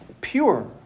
pure